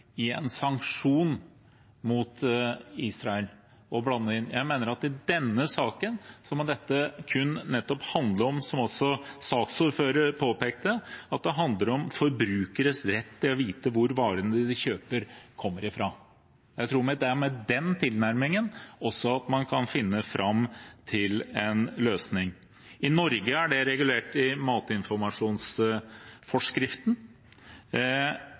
sanksjon mot Israel. Jeg mener at det i denne saken kun må handle om forbrukeres rett til å vite hvor varene de kjøper, kommer fra – noe også saksordføreren påpekte. Jeg tror det er med den tilnærmingen man kan finne fram til en løsning. I Norge er dette regulert i matinformasjonsforskriften.